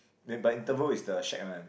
then by interval is the shack one